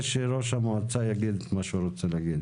שראש המועצה יגיד את מה שהוא רוצה להגיד,